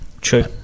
True